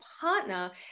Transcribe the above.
partner